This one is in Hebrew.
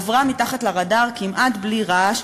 עברה מתחת לרדאר כמעט בלי רעש,